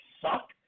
suck